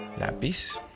Lapis